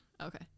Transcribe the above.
Okay